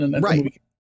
Right